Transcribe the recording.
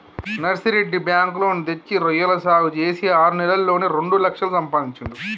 Narsireddy bank loan తెచ్చి రొయ్యల సాగు చేసి ఆరు నెలల్లోనే రెండు లక్షలు సంపాదించిండు